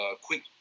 Quick